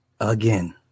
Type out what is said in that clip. again